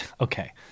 Okay